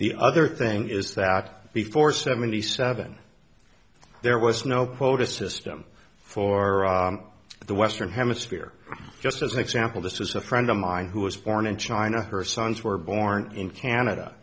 the other thing is that before seventy seven there was no quota system for the western hemisphere just as an example this is a friend of mine who was born in china her sons were born in canada